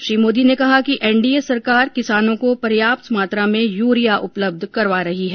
श्री मोदी ने कहा कि एनडीए सरकार किसानों को पर्याप्त मात्रा में यूरिया उपलब्ध करवा रही है